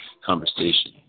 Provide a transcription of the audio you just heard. Conversation